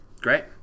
great